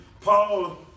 Paul